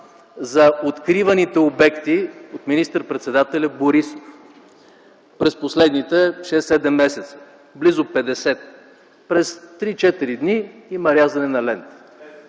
за откриваните обекти от министър-председателя Борисов през последните 6 - 7 месеца. Близо 50! През 3-4 дни има рязане на лента.